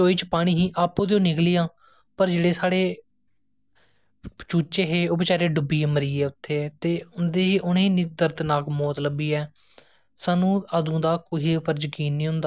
साढ़ी सिटी च रौंहदिया ना कुडियां साढ़े ग्रांए च कुडियां रौंहदियां ना हून में आक्खना में तुसेंगी आक्खना चाहन्नी आं कि पर जेहड़ी ग्रां ऐ एहदियां जेहडे़ लोक ना प्हाड़ी ऐरिया दे लोक ना हल्ली बी उनेंगी एह्कडी जेहड़ी